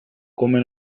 come